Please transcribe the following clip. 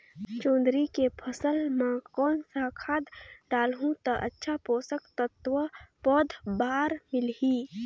जोंदरी के फसल मां कोन सा खाद डालहु ता अच्छा पोषक तत्व पौध बार मिलही?